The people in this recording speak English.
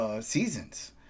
seasons